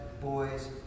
boys